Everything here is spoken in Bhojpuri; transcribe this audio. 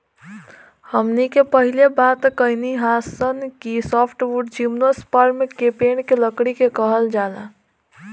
हमनी के पहिले बात कईनी हासन कि सॉफ्टवुड जिम्नोस्पर्म के पेड़ के लकड़ी के कहल जाला